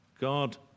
God